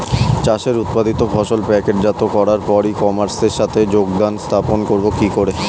চাষের উৎপাদিত ফসল প্যাকেটজাত করার পরে ই কমার্সের সাথে যোগাযোগ স্থাপন করব কি করে?